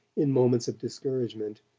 in moments of discouragement,